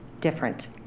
different